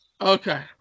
okay